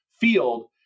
field